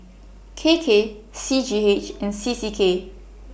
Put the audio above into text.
K K C G H and C C K